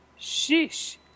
Sheesh